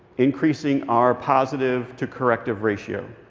increasing our positive-to-corrective ratio.